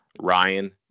Ryan